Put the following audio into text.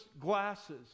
glasses